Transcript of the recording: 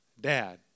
Dad